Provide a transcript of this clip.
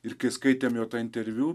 ir kai skaitėm jo interviu